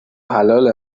حلال